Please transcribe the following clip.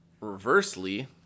reversely